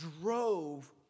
drove